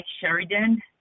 Sheridan